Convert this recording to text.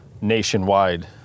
nationwide